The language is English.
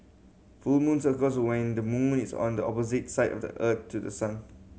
full moons occurs when the moon is on the opposite side of Earth to the sun